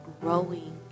growing